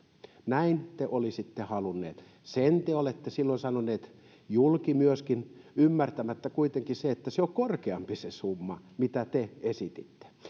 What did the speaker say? näin te olisitte halunneet sen te te olette silloin sanoneet myöskin julki ymmärtämättä kuitenkaan sitä että se summa on korkeampi jota te esititte